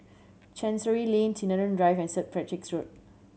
Chancery Lane Sinaran Drive and Saint Patrick's Road